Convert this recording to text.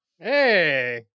Hey